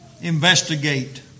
investigate